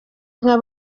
inka